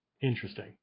Interesting